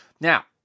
Now